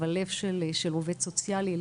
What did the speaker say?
אבל לב של עובד סוציאלי,